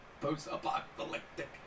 Post-apocalyptic